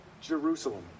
Jerusalem